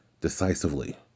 decisively